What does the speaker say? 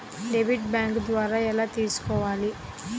Debit bank ద్వారా ఎలా తీసుకోవాలి?